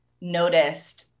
noticed